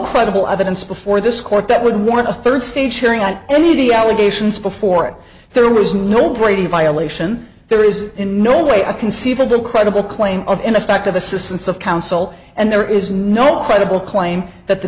credible evidence before this court that would warrant a third stage hearing on any of the allegations before it there was no brady violation there is in no way a conceivable credible claim of in effect of assistance of counsel and there is no credible claim that the